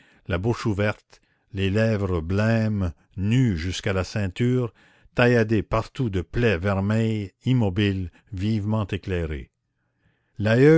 la bouche ouverte les lèvres blêmes nu jusqu'à la ceinture tailladé partout de plaies vermeilles immobile vivement éclairé